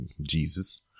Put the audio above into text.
Jesus